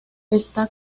está